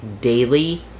daily